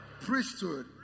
priesthood